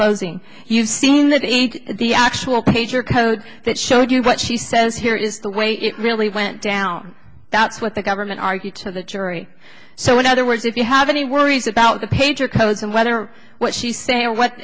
closing you've seen the actual pager code that showed you what she says here is the way it really went down that's what the government argued to the jury so in other words if you have any worries about the pager codes and whether what she's saying or what